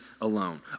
alone